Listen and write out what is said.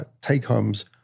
take-homes